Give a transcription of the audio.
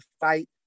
fight